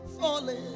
falling